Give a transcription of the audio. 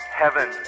heaven